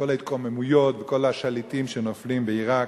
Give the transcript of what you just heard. כל ההתקוממויות וכל השליטים שנופלים בעירק,